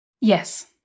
Yes